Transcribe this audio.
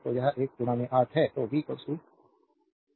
तो यह एक 8 है तो v 1 8 8 वोल्ट